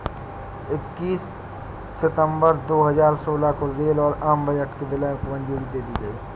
इक्कीस सितंबर दो हजार सोलह को रेल और आम बजट के विलय को मंजूरी दे दी गयी